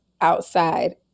outside